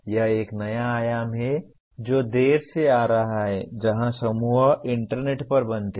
यह एक नया आयाम है जो देर से आ रहा है जहां समूह इंटरनेट पर बनते हैं